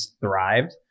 thrived